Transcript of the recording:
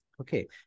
Okay